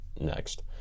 next